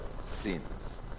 sins